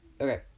Okay